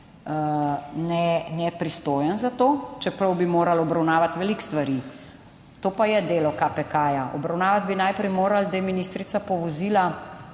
nepristojen za to, čeprav bi morali obravnavati veliko stvari, to pa je delo KPK. Obravnavati bi najprej morali, da je ministrica povozila